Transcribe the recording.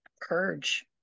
purge